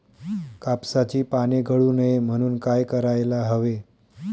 कापसाची पाने गळू नये म्हणून काय करायला हवे?